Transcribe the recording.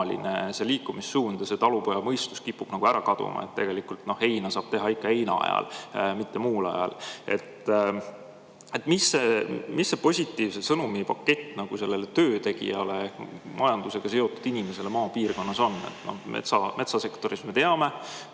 see liikumissuund. Talupojamõistus kipub nagu ära kaduma. Tegelikult heina saab teha ikka heinaajal, mitte muul ajal. Mis see positiivse sõnumi pakett töötegijale, majandusega seotud inimesele maapiirkonnas on? Metsasektorit me teame.